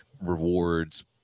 rewards